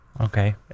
Okay